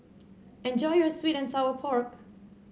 enjoy your sweet and Sour Pork